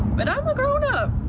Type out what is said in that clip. but i'm a grownup.